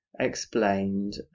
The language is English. explained